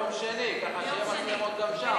ביום שני, כך שיהיו מצלמות גם שם.